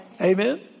Amen